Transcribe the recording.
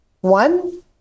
One